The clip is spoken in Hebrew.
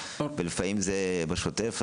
ולפעמים זה בשוטף,